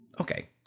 Okay